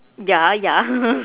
ya ya